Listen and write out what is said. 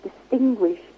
distinguish